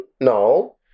No